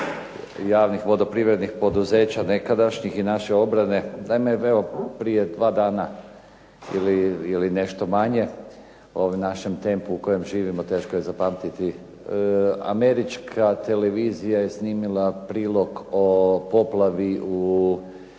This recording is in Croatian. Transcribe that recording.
javnih vodoprivrednih poduzeća nekadašnjih i naše obrane. Naime, evo prije dva dana ili nešto manje u ovom našem tempu u kojem živimo teško je zapamtiti. Američka televizija je snimila prilog o poplavi u